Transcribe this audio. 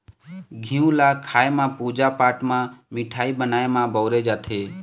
घींव ल खाए म, पूजा पाठ म, मिठाई बनाए म बउरे जाथे